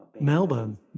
Melbourne